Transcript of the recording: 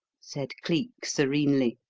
said cleek serenely.